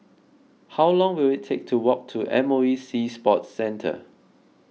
how long will it take to walk to M O E Sea Sports Centre